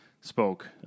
spoke